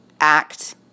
act